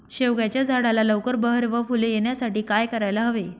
शेवग्याच्या झाडाला लवकर बहर व फूले येण्यासाठी काय करायला हवे?